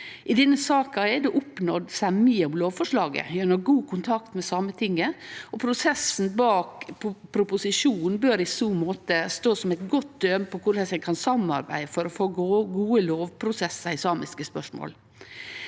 I denne saka er det oppnådd semje om lovforslaget gjennom god kontakt med Sametinget, og prosessen bak proposisjonen bør i så måte stå som eit godt døme på korleis ein kan samarbeide for å få gode lovprosessar i samiske spørsmål.